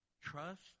Trust